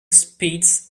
speeds